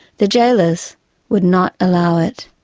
the jailers would not allow it.